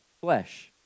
flesh